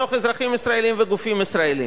מתוך אזרחים ישראלים וגופים ישראליים,